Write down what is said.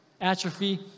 Atrophy